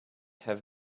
have